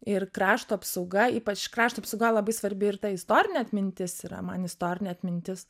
ir krašto apsauga ypač krašto apsauga labai svarbi ir ta istorinė atmintis yra man istorinė atmintis